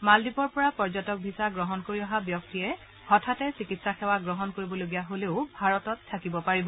মালদ্বীপৰ পৰা পৰ্যটক ভিছা গ্ৰহণ কৰি অহা ব্যক্তিয়ে হঠাতে চিকিৎসা সেৱা গ্ৰহণ কৰিবলগীয়া হ'লেও ভাৰতত থাকিব পাৰিব